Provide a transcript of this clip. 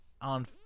on